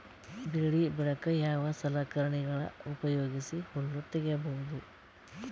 ಬೆಳಿ ಬಳಿಕ ಯಾವ ಸಲಕರಣೆಗಳ ಉಪಯೋಗಿಸಿ ಹುಲ್ಲ ತಗಿಬಹುದು?